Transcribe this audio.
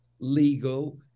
legal